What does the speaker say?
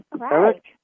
Eric